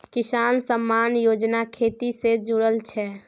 किसान सम्मान योजना खेती से जुरल छै